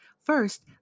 First